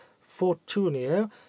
fortunio